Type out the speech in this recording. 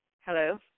Hello